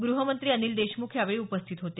गृहमंत्री अनिल देशमुख यावेळी उपस्थित होते